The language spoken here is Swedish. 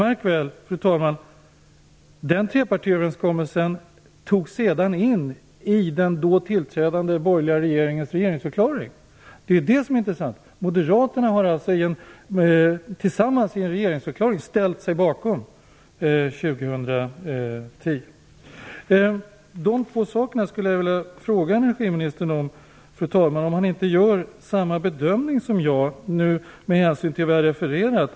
Märk väl att trepartiöverenskommelsen sedan togs in i den tillträdande borgerliga regeringens regeringsförklaring. Det är det som är intressant. Moderaterna har alltså tillsammans med de andra borgerliga partierna ställt sig bakom 2010 som slutår i en regeringsförklaring. Jag skulle vilja fråga energiministern om han inte gör samma bedömning som jag med hänsyn till det jag refererat.